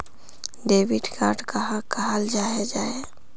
Debit card कहाक कहाल जाहा जाहा?